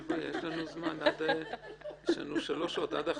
דווקא יש לנו שלוש שעות עד אחת,